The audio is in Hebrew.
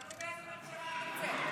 תלוי באיזו ממשלה את נמצאת.